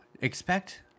expect